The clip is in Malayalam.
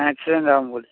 ആക്സിഡൻറ്റ് ആകുമ്പോൾ